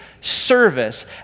service